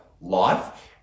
life